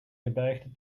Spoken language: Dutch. gebergte